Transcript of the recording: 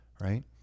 right